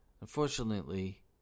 Unfortunately